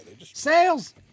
Sales